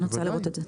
אני רוצה לראות אותם.